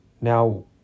Now